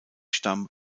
stamm